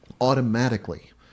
Automatically